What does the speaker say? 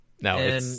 No